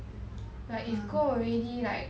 like if go already like